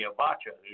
Abacha